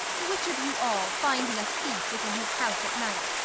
which of you all finding a thief within his house at night,